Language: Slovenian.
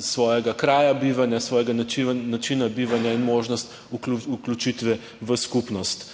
svojega kraja bivanja, svojega načina bivanja in možnost vključitve v skupnost.